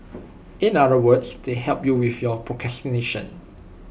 in other words they help you with your procrastination